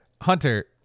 hunter